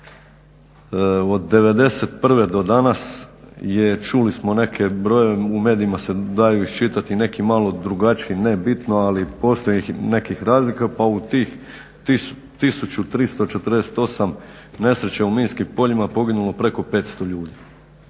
Od 91. do danas je čuli smo neke brojeve u medijima se daju iščitati neki malo drugačiji ne bitno ali postoje i nekih razlika pa u tih 1348 nesreća u minskim poljima poginulo je preko 500 ljudi